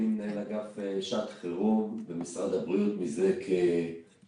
אני מנהל אגף שעת חירום במשרד הבריאות מזה כשנה.